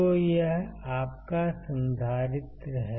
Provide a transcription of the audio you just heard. तो यह आपका संधारित्र है